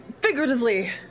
figuratively